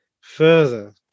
further